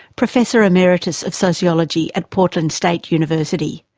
professor emeritus of sociology at portland state university,